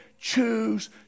choose